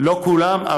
לא כולן.